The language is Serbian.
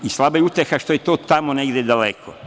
Slaba je uteha što je to tamo negde daleko.